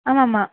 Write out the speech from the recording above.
ஆமாம்மா